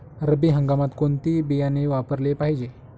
रब्बी हंगामात कोणते बियाणे वापरले पाहिजे?